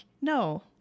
no